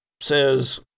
says